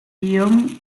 iom